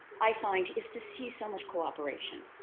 i find, is to see so much cooperation,